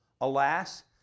Alas